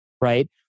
right